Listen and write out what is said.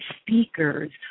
speakers